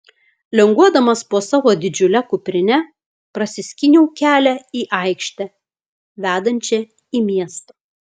linguodamas po savo didžiule kuprine prasiskyniau kelią į aikštę vedančią į miestą